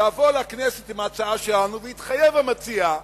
לבוא לכנסת עם ההצעה שלנו, יתחייב המציע,